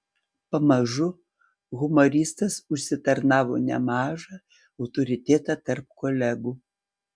pamažu humoristas užsitarnavo nemažą autoritetą tarp kolegų